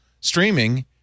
streaming